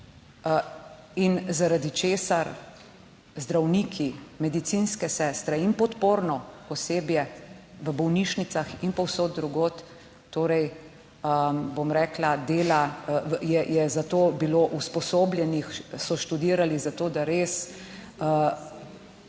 in zaradi česar zdravniki, medicinske sestre in podporno osebje v bolnišnicah in povsod drugod, torej, bom rekla, dela je za to bilo usposobljenih, so študirali za to, da res,